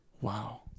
wow